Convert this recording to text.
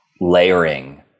layering